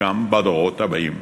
גם בדורות הבאים.